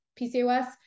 PCOS